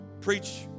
preach